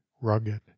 rugged